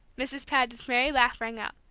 mrs. paget's merry laugh rang out.